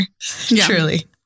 Truly